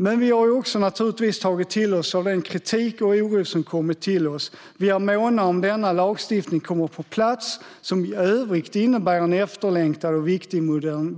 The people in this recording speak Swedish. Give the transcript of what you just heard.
Men vi har naturligtvis också tagit till oss av den kritik och oro som kommit till oss. Vi är måna om att denna lagstiftning kommer på plats, som i övrigt innebär en efterlängtad och viktig